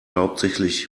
hauptsächlich